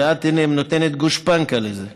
ואת נותנת גושפנקה לזה.